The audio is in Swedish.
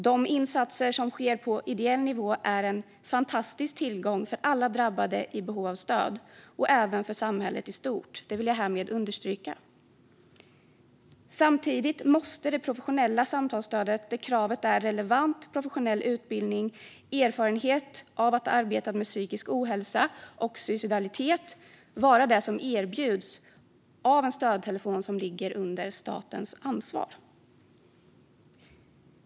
De insatser som sker på ideell nivå är en fantastisk tillgång för alla drabbade i behov av stöd och även för samhället i stort. Det vill jag härmed understryka. Samtidigt måste det professionella samtalsstödet, där kravet är relevant professionell utbildning, erfarenhet av att ha arbetat med psykisk ohälsa och suicidalitet, vara det som erbjuds av en stödtelefon som ligger under statens ansvar.